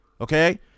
Okay